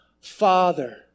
Father